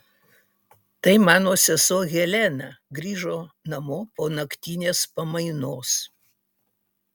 tai mano sesuo helena grįžo namo po naktinės pamainos